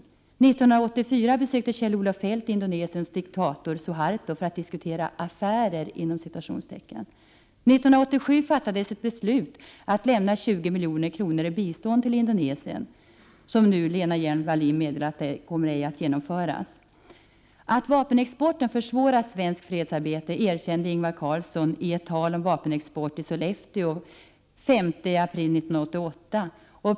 1984 besökte Kjell-Olof Feldt Indonesiens diktator Suharto för att diskutera ”affärer”. 1987 fattades ett beslut att lämna 20 milj.kr. i bistånd till Indonesien. Lena Hjelm-Wallén meddelar nu att detta bistånd inte kommer att lämnas. Att vapenexporten försvårar svenskt fredsarbete erkände Ingvar Carlsson i ett tal om vapenexport i Sollefteå den 5 april 1988.